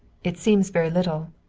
it seems very little.